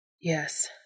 Yes